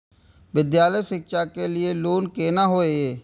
विद्यालय शिक्षा के लिय लोन केना होय ये?